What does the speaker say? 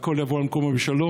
הכול יבוא על מקומו בשלום,